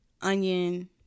onion